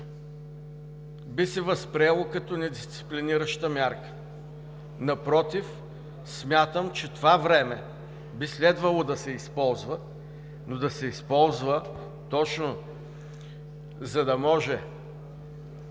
би се възприело като недисциплинираща мярка. Напротив! Смятам, че това време би следвало да се използва, но да се използва точно, за да може